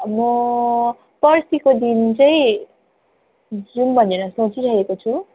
म पर्सिको दिन चाहिँ जाऊँ भनेर सोचिरहेको छु